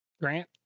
Grant